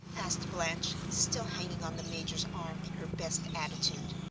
asked blanche, still hanging on the major's arm in her best attitude.